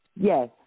Yes